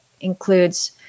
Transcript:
includes